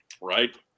Right